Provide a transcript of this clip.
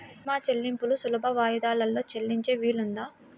భీమా చెల్లింపులు సులభ వాయిదాలలో చెల్లించే వీలుందా?